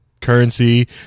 currency